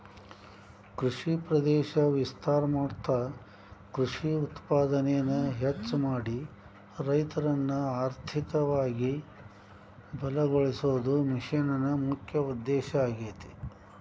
ಕೃಷಿ ಪ್ರದೇಶ ವಿಸ್ತಾರ ಮಾಡ್ತಾ ಕೃಷಿ ಉತ್ಪಾದನೆನ ಹೆಚ್ಚ ಮಾಡಿ ರೈತರನ್ನ ಅರ್ಥಧಿಕವಾಗಿ ಬಲಗೋಳಸೋದು ಮಿಷನ್ ನ ಮುಖ್ಯ ಉದ್ದೇಶ ಆಗೇತಿ